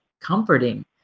comforting